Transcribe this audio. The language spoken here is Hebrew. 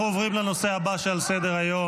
אנחנו עוברים לנושא הבא שעל סדר-היום.